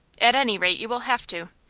at any rate you will have to.